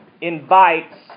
invites